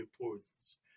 importance